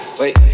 wait